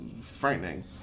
frightening